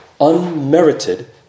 Unmerited